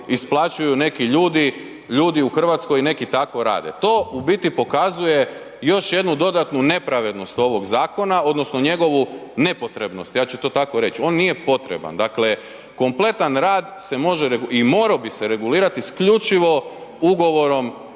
isplaćuju neki ljudi u Hrvatskoj neki tako rade. To u biti pokazuje još jednu dodatnu nepravednost ovog zakona odnosno njegovu nepotrebnost ja ću to tako reć, on nije potreban. Dakle kompletan rad se može i moro bi se regulirati isključivo ugovorom